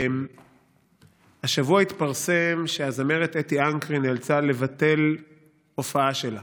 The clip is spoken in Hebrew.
השבוע התפרסם שהזמרת אתי אנקרי נאלצה לבטל הופעה שלה.